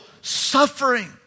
suffering